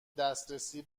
دسترسی